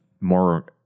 more